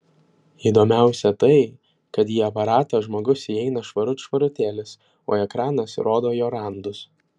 įdomiausia tai kad į aparatą žmogus įeina švarut švarutėlis o ekranas rodo jo randus